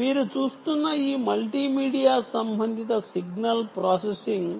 మీరు చూస్తున్న ఈ మల్టీమీడియా సంబంధిత సిగ్నల్ ప్రాసెసింగ్